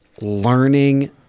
learning